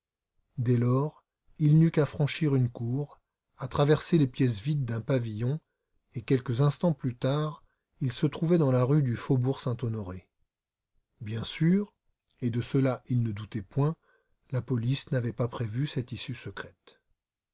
dès lors il n'eut qu'à franchir une cour à traverser les pièces vides d'un pavillon et quelques instants plus tard il se trouvait dans la rue du faubourg-saint-honoré bien entendu et de cela il ne doutait point la police n'avait pas prévu cette issue secrète